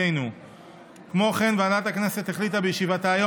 לוועדה לזכויות הילד.